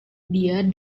dia